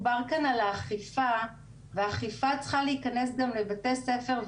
האכיפה צריכה להיכנס גם לבתי ספר,